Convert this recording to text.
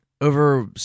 over